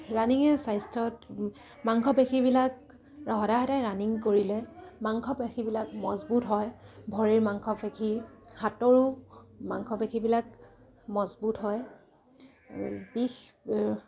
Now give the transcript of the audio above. ৰানিঙে স্বাস্থ্যত মাংসপেশীবিলাক সদায় সদায় ৰানিং কৰিলে মাংসপেশীবিলাক মজবুত হয় ভৰিৰ মাংসপেশী হাতৰো মাংসপেশীবিলাক মজবুত হয় বিষ